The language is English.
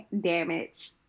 damage